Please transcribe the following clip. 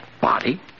Body